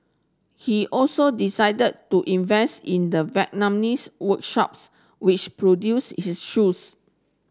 he also decided to invest in the Vietnamese workshops which produced his shoes